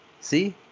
See